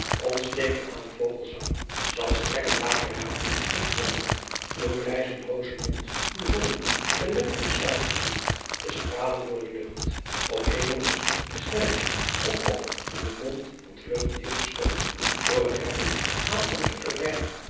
ontsteken aan den voglenzank zal strekken daageraadt en konnen doen rijzen roozemondt uw zonnen belet van sluimerzucht te straalen door de lucht adriaan loosjes pzn het leven van hillegonda buisman op hemelsch slemmetjen op op den mondt van t vlug gedierte stop door t hesfen aan van zoete rijmen